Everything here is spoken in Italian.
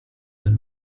del